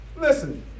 Listen